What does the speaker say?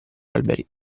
alberi